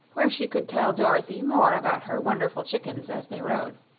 where she could tell dorothy more about her wonderful chickens as they rode.